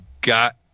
got